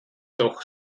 doch